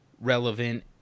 relevant